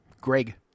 Greg